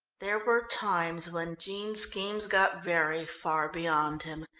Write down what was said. there were times when jean's schemes got very far beyond him,